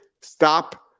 stop